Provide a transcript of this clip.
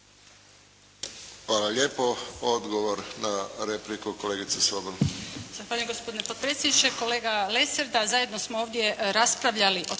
Hvala lijepo. Odgovor na repliku, kolegica Majdenić.